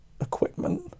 equipment